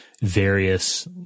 various